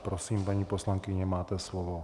Prosím, paní poslankyně, máte slovo.